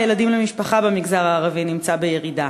מספר הילדים למשפחה במגזר הערבי נמצא בירידה.